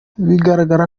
bigaragaza